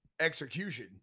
execution